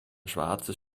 schwarzes